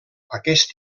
aquest